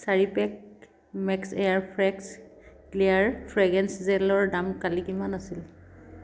চাৰি pack max air flex clear fragrance জেলৰ দাম কালি কিমান আছিল